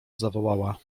zawołała